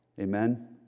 Amen